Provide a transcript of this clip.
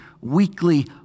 weekly